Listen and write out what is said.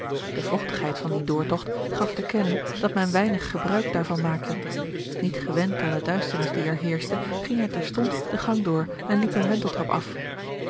de vochtigheid van dien doortogt gaf te kennen dat men weinig gebruik daarvan maakte niet gewend aan de duisternis die er heerschte ging hij terstond den gang door en liep een wenteltrap af